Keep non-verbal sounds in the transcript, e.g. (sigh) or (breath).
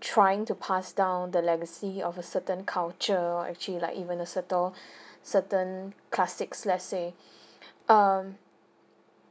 trying to pass down the legacy of a certain culture actually like even a certain (breath) certain classics let's say um